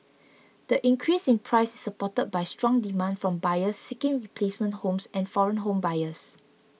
the increase in price is supported by strong demand from buyers seeking replacement homes and foreign home buyers